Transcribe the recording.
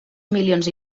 milions